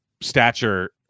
stature